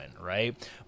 right